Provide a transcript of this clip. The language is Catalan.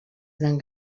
tenen